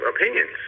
opinions